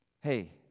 Hey